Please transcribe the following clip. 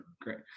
great